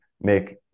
make